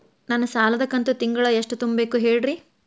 ನನ್ನ ಸಾಲದ ಕಂತು ತಿಂಗಳ ಎಷ್ಟ ತುಂಬಬೇಕು ಹೇಳ್ರಿ?